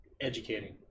educating